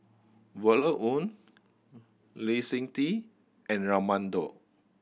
Violet Oon Lee Seng Tee and Raman Daud